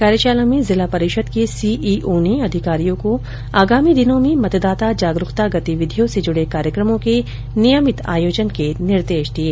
कार्यशाला में जिला परिषद के सीईओ ने अधिकारियों को आगामी दिनों में मतदाता जागरूकता गतिविधियों से जुडे कार्यक्रमों को नियमित आयोजन के निर्देश दिये